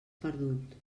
perdut